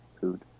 food